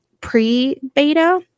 pre-beta